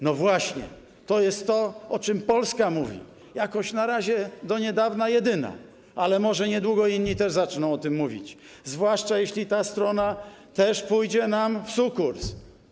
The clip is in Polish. No właśnie, to jest to, o czym Polska mówi jakoś na razie, do niedawna, jedyna, ale może niedługo inni też zaczną o tym mówić, zwłaszcza jeśli również ta strona przyjdzie nam w sukurs.